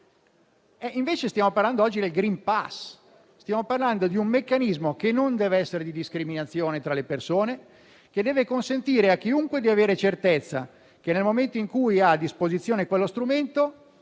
e invece stiamo parlando oggi del *green pass*, un meccanismo che non deve essere di discriminazione tra le persone, ma deve consentire a chiunque di avere certezza che, nel momento in cui ha a disposizione quello strumento,